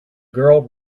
girl